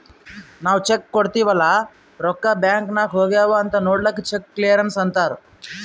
ನಾವ್ ಚೆಕ್ ಕೊಡ್ತಿವ್ ಅಲ್ಲಾ ರೊಕ್ಕಾ ಬ್ಯಾಂಕ್ ನಾಗ್ ಹೋಗ್ಯಾವ್ ಅಂತ್ ನೊಡ್ಲಕ್ ಚೆಕ್ ಕ್ಲಿಯರೆನ್ಸ್ ಅಂತ್ತಾರ್